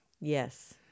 Yes